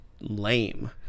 lame